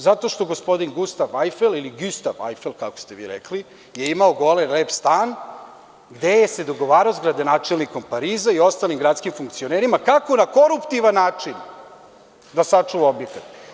Zato što je gospodin Gustav Ajfel ili Gistav Ajfel, kako ste vi rekli, imao gore lep stan gde se dogovarao sa gradonačelnikom Pariza i ostalim gradskim funkcionerima kako na koruptivan način da sačuva objekat.